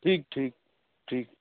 ٹھیک ٹھیک ٹھیک